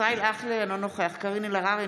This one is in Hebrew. אינו נוכח קארין אלהרר,